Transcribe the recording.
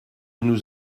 nous